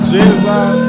Jesus